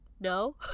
no